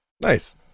Nice